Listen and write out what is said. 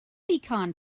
pecan